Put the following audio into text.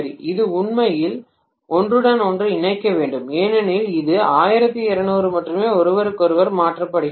இது உண்மையில் ஒன்றுடன் ஒன்று இருக்க வேண்டும் ஏனெனில் இது 1200 மட்டுமே ஒருவருக்கொருவர் மாற்றப்படுகிறது